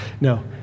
No